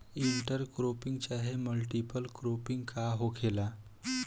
Inter cropping चाहे multiple cropping का होखेला?